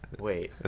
Wait